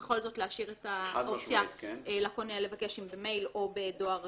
בכל זאת רוצים להשאיר את האופציה לקונה לבקש את זה במייל או בדואר רגיל.